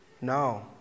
No